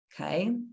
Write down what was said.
okay